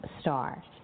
star